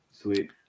Sweet